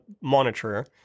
monitor